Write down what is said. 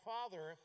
Father